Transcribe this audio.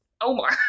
Omar